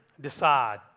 decide